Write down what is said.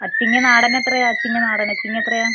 അച്ചിങ്ങ നാടനെത്രയാണ് അച്ചിങ്ങ നാടനച്ചിങ്ങെത്രയാണ്